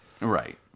Right